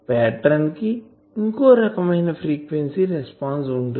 pattern కి ఇంకో రకమైన ఫ్రీక్వెన్సీ రెస్పాన్సు ఉంటుంది